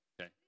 Okay